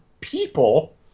people